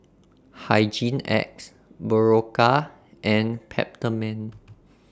Hygin X Berocca and Peptamen